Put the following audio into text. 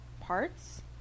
Parts